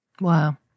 wow